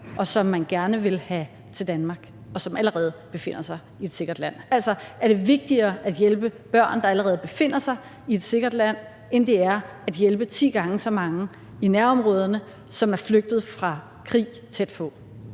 og som man gerne vil have til Danmark, og som allerede befinder sig i et sikkert land? Altså, er det vigtigere at hjælpe børn, der allerede befinder sig i et sikkert land, end det er at hjælpe ti gange så mange i nærområderne, som er flygtet fra krig tæt på?